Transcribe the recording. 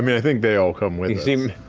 mean, i think they all come with um